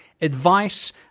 advice